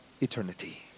eternity